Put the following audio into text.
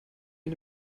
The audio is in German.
mit